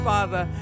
Father